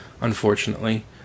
unfortunately